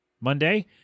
Monday